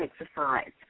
exercise